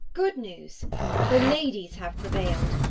good news the ladies have prevail'd,